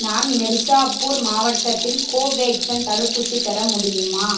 நான் மிர்சாப்பூர் மாவட்டத்தில் கோவேக்சின் தடுப்பூசி பெற முடியுமா